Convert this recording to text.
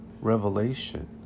revelation